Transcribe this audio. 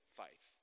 faith